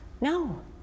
no